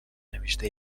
نوشته